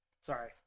Sorry